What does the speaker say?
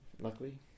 luckily